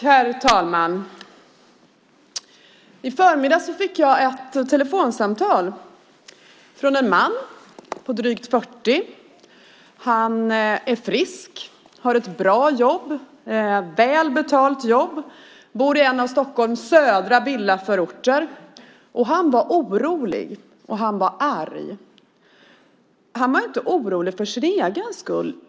Herr talman! I förmiddags fick jag ett telefonsamtal från en man på drygt 40 år. Han är frisk och har ett bra jobb som är välbetalt. Han bor i en av Stockholms södra villaförorter. Han var orolig, och han var arg. Han var egentligen inte orolig för sin egen skull.